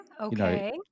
Okay